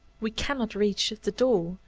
we cannot reach the door,